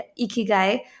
Ikigai